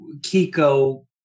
Kiko